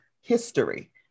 history